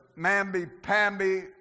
mamby-pamby